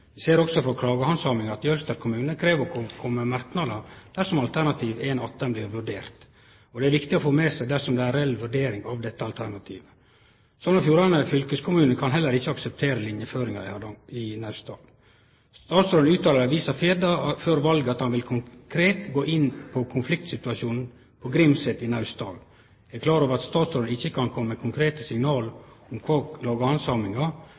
Vi ser også av klagehandsaminga at Jølster kommune krev å få kome med merknader dersom alternativ 1.18 blir vurdert, og det er det viktig å få med seg, dersom det blir ei reell vurdering av dette alternativet. Sogn og Fjordane fylkeskommune kan heller ikkje akseptere linjeføringa i Naustdal. Statsråden uttalte i avisa Firda før valet at han konkret vil gå inn i konfliktsituasjonen på Grimset i Naustdal. Eg er klar over at statsråden ikkje kan kome med konkrete signal om klagehandsaminga. Men kva